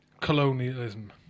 colonialism